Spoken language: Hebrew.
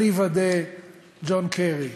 אליבא דג'ון קרי,